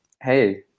hey